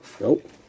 Nope